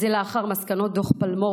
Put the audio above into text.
וזה לאחר מסקנות דוח פלמור,